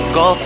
go